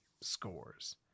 scores